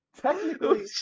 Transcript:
Technically